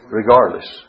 regardless